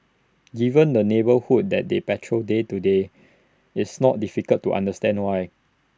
given the neighbourhood that they patrol day to day it's not difficult to understand why